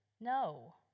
No